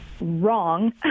wrong